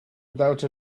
without